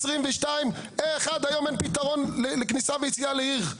2022, איך עד היום אין פתרון לכניסה ויציאה לעיר.